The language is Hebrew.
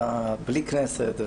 בלי כנסת,